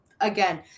again